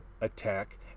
attack